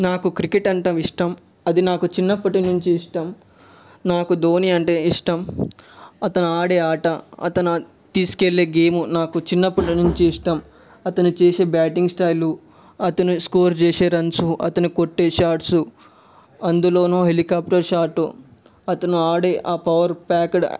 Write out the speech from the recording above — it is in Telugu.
నాకు క్రికెట్ అంటే ఇష్టం అది నాకు చిన్నప్పటి నుంచి ఇష్టం నాకు ధోని అంటే ఇష్టం అతను ఆడే ఆట అతను తీసుకెళ్లే గేమ్ నాకు చిన్నప్పటి నుంచి ఇష్టం అతను చేసే బ్యాటింగ్ స్టైలు అతను స్కోర్ చేసే రన్స్ అతను కొట్టే షాట్స్ అందులోనూ హెలికాప్టర్ షాట్ అతను ఆడే పవర్ ప్యాకెడ్